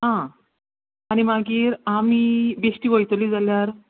आ आनी मागीर आमी बेश्टी वयतली जाल्यार